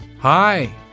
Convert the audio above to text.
Hi